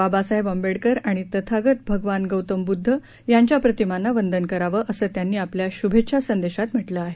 बाबासाहेब आंबेडकर आणि तथागत भगवान गौतम बुद्ध यांच्या प्रतिमांना वंदन करावं असं त्यांनी आपल्या शुभेच्छा संदेशात म्हटलं आहे